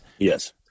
Yes